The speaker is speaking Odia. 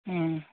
ହଁ